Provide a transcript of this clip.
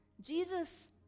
Jesus